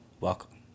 Welcome